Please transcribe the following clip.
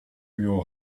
your